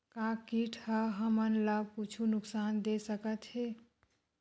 का कीट ह हमन ला कुछु नुकसान दे सकत हे?